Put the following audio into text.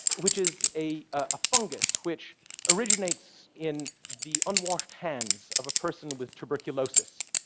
which is a a fungus which originates in the unwashed hands of a person with tuberculosis.